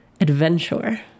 adventure